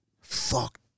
fuck